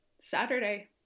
Saturday